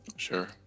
Sure